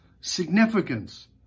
significance